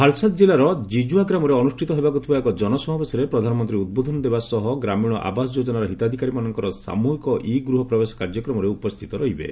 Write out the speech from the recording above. ଭାଲସାଦ୍ ଜିଲ୍ଲାର ଜିଜୁଆଗ୍ରାମରେ ଅନୁଷ୍ଠିତ ହେବାକୁ ଥିବା ଏକ ଜନସମାବେଶରେ ପ୍ରଧାନମନ୍ତ୍ରୀ ଉଦ୍ବୋଧନ ଦେବା ସହ ଗ୍ରାମୀଣ ଆବାସ ଯୋଜନାର ହିତାଧିକାରୀମାନଙ୍କର ସାମୁହିକ ଇ ଗୃହ ପ୍ରବେଶ କାର୍ଯ୍ୟକ୍ରମରେ ଉପସ୍ଥିତ ରହିବେ